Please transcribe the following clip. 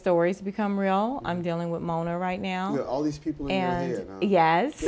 stories become real i'm dealing with mona right now with all these people ye